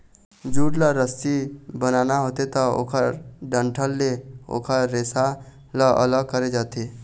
jute ल रस्सी बनाना होथे त ओखर डंठल ले ओखर रेसा ल अलग करे जाथे